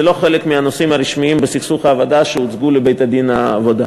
זה לא אחד מהנושאים הרשמיים בסכסוך העבודה שהוצגו לבית-הדין לעבודה.